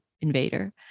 invader